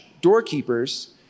doorkeepers